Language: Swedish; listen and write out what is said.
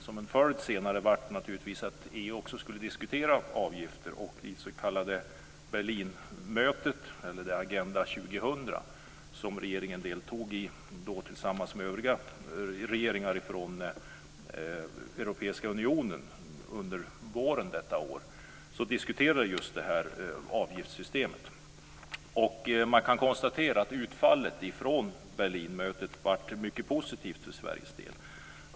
Som en följd av detta skulle EU också diskutera avgifter, och vid det s.k. Berlinmötet om Agenda 2000 som regeringen deltog i tillsammans med övriga regeringar från Europeiska unionen under våren detta år diskuterades just det här avgiftssystemet. Man kan konstatera att utfallet från Berlinmötet blev mycket positivt för Sveriges del.